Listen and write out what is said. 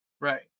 right